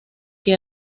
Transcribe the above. que